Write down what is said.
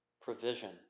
provision